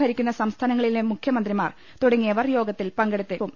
ഭരിക്കുന്ന സംസ്ഥാനങ്ങളിലെ മുഖൃ മന്ത്രിമാർ തുടങ്ങിയവർ യോഗത്തിൽ പങ്കെടുക്കും